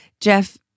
Jeff